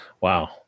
Wow